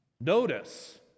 Notice